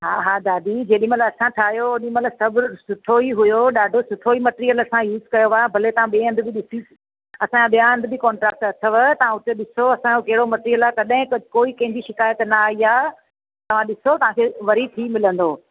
हा हा दादी जेॾीमहिल असां ठाहियो हो ओॾीमहिल सभु सुठो ई हुयो ॾाढो सुठो ई मेटेरियल असां यूस कयो आहे भले तव्हां ॿिए हंधि बि ॾिसी असांजा ॿिया हंधि बि कॉट्रेक्ट अथव तव्हां उते ॾिसो असांजो कहिड़ो मेटेरियल आहे कॾहिं क कोई कंहिंजी शिकायत न आई आहे तव्हां ॾिसो तव्हांखे वरी थी मिलंदो